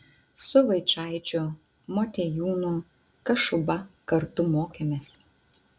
su vaičaičiu motiejūnu kašuba kartu mokėmės